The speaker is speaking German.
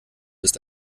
ist